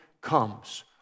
comes